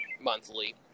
monthly